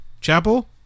Chapel